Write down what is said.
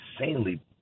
insanely –